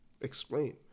explain